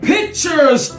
Pictures